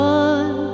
one